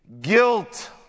Guilt